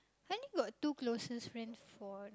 I only got two closest friend for